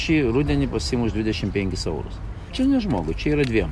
šį rudenį pasiimu už dvidešimt penkis eurus čia ne žmogui čia yra dviem